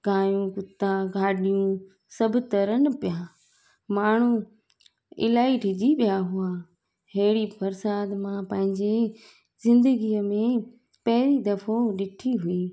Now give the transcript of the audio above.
गायूं कुता गाॾियूं सभु तरनि पिया माण्हू इलाही डिॼी विया हुआ अहिड़ी बरिसात मां पहिंजी ज़िंदगीअ में पहिरीं दफ़ो ॾिठी हुई